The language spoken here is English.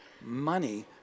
money